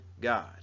God